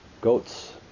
goats